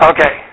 Okay